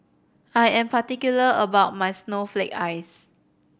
I am particular about my snowflake ice